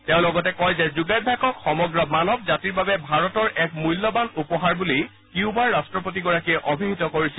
তেওঁ লগতে কয় যে যোগাভ্যাসক সমগ্ৰ মানৱ জাতিৰ বাবে ভাৰতৰ এক মূল্যবান উপহাৰ বুলি কিউবাৰ ৰাষ্ট্ৰপতিগৰাকীয়ে অভিহিত কৰিছিল